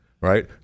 right